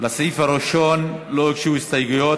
לסעיף הראשון לא הוגשו הסתייגויות.